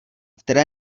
které